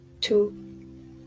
two